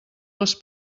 les